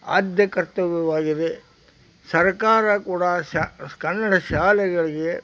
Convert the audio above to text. ಆದ್ಯ ಕರ್ತವ್ಯವಾಗಿದೆ ಸರಕಾರ ಕೂಡ ಶಾ ಕನ್ನಡ ಶಾಲೆಗಳಿಗೆ